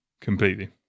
completely